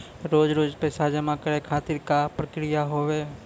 रोज रोज पैसा जमा करे खातिर का प्रक्रिया होव हेय?